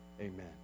Amen